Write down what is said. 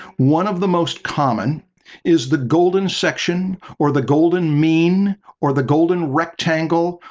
one of the most common is the golden section or the golden mean or the golden rectangle,